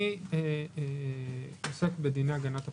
אני עוסק בדיני הגנת הפרטיות.